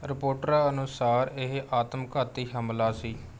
ਰਿਪੋਟਰਾਂ ਅਨੁਸਾਰ ਇਹ ਆਤਮਘਾਤੀ ਹਮਲਾ ਸੀ